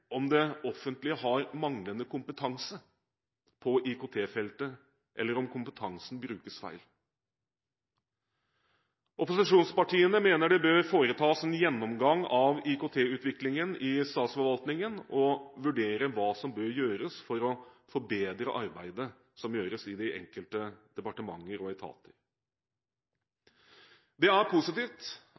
om det offentlige har manglende kompetanse på IKT-feltet, eller om kompetansen brukes feil. Opposisjonspartiene mener det bør foretas en gjennomgang av IKT-utviklingen i statsforvaltningen og vurderes hva som bør gjøres for å forbedre arbeidet som gjøres i de enkelte departementer og etater. Det er positivt